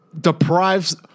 deprives